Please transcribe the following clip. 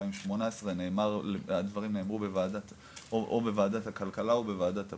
2018 הדברים נאמרו או בוועדת הכלכלה או בוועדת הפנים,